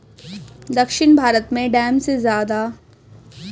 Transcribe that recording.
दक्षिण भारत में डैम से सबसे ज्यादा सिंचाई की जाती है